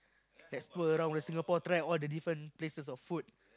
let's tour around the Singapore try all the different places of food